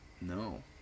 No